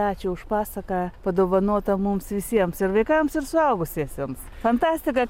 ačiū už pasaką padovanotą mums visiems ir vaikams ir suaugusiesiems fantastika